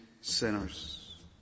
sinners